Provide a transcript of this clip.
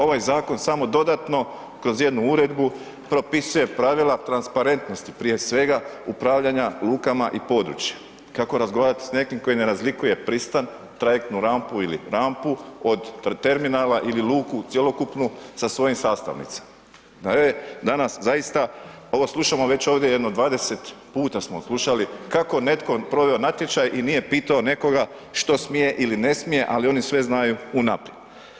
Ovaj zakon samo dodatno, kroz jednu uredbu propisuje pravila transparentnosti, prije svega, upravljanja lukama i područje, kako razgovarati s nekim tko ne razlikuje pristan, trajektnu rampu ili rampu od terminala ili luku cjelokupnu sa svojim sastavnica, da je danas zaista, ovo slušamo već ovdje jedno 20 puta smo odslušali kako netko proveo je natječaj i nije pitao nekoga što smije ili ne smije, ali oni sve znaju unaprijed.